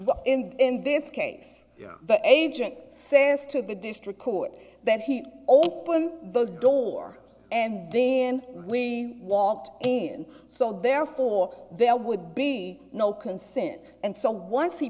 well in this case the agent says to the district court that he opened the door and then we walked in so therefore there would be no consent and so once he